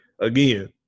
Again